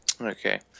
Okay